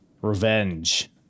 Revenge